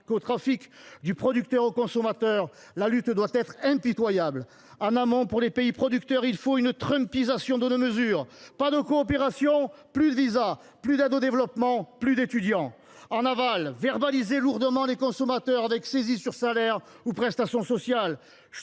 narcotrafic. Du producteur au consommateur, la lutte doit être impitoyable. En amont, pour les pays producteurs, il faut une trumpisation de nos mesures ! Pas de coopération ? Plus de visas ! Plus d’aide au développement ! Plus d’étudiants ! En aval, verbaliser lourdement les consommateurs avec saisies sur salaire ou prestations sociales,